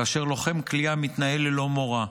כאשר לוחם כליאה מתנהל ללא מורא,